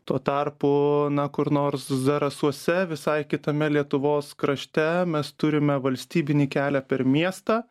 tuo tarpu na kur nors zarasuose visai kitame lietuvos krašte mes turime valstybinį kelią per miestą